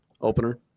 opener